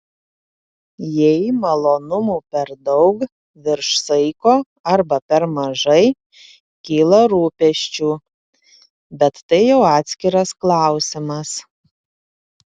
jei malonumų per daug virš saiko arba per mažai kyla rūpesčių bet tai jau atskiras klausimas